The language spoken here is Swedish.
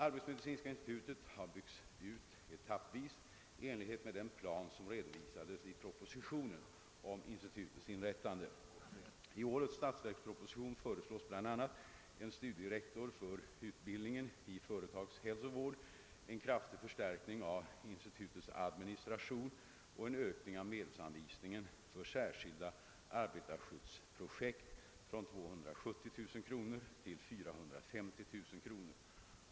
Arbetsmedicinska institutet har byggts ut etappvis i enlighet med den plan som redovisades i propositionen om institutets inrättande. I årets statsverksproposition föreslås bl.a. en studierektor för utbildningen i företagshälsovård, en kraftig förstärkning av institutets administration och en ökning av medelsanvisningen för särskilda arbetarskyddsprojekt från 270000 kr. till 450 000 kr.